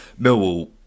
Millwall